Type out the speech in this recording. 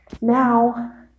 Now